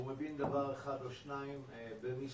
הוא מבין דבר אחד או שניים במספרים.